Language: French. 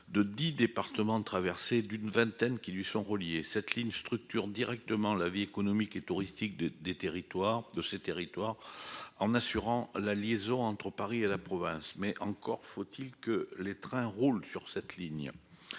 dix départements traversés, et une vingtaine qui lui sont reliés. Cette ligne structure directement la vie économique et touristique de ce territoire, en assurant la liaison entre Paris et la province. Mais encore faut-il que les trains roulent ! Le